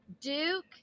Duke